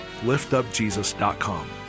liftupjesus.com